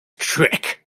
trick